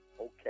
Okay